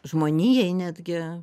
žmonijai netgi